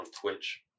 Twitch